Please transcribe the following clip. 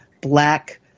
black